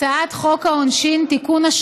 הצעת חוק העונשין (תיקון,